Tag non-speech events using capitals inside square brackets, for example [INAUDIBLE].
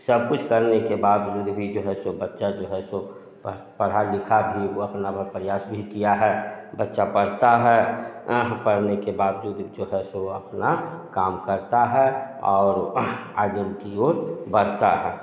सब कुछ करने के बाद फिर भी जो है सो बच्चा सो पढ़ पढ़ा लिखा भी वो अपना वह प्रयास भी किया है बच्चा पढ़ता है पढ़ने के बाद जो [UNINTELLIGIBLE] वो अपना काम करता है और और आगे की ओर बढ़ता है